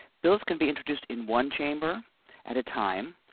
bills can be introduced in one chamber at a time,